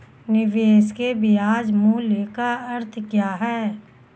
निवेश के ब्याज मूल्य का अर्थ क्या है?